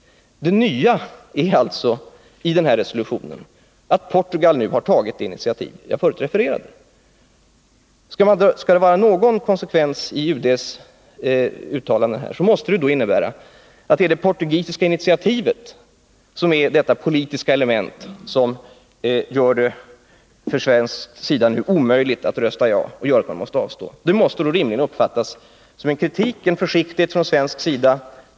Det nya i resolutionen är alltså att Portugal tagit det initiativ jag förut refererade. Skall det vara någon konsekvens i UD:s uttalanden måste det innebära att det är det portugisiska initiativet som är det ”politiska element” som gör det omöjligt att rösta ja från svensk sida, som gör att man måste avstå. Det måste rimligen uppfattas som en kritik från svensk sida, en försiktighet.